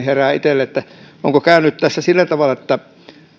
herää itselle semmoinen kysymys onko käynyt tässä sillä tavalla että